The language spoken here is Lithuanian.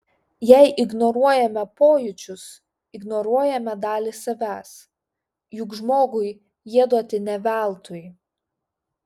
jei ignoruojame pojūčius ignoruojame dalį savęs juk žmogui jie duoti ne veltui